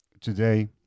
Today